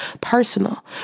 personal